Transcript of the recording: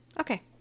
Okay